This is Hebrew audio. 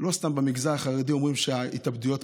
לא סתם במגזר החרדי אומרים שיש פחות התאבדויות.